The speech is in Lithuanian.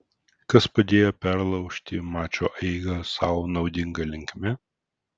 kas padėjo perlaužti mačo eigą sau naudinga linkme